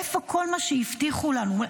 איפה כל מה שהבטיחו לנו?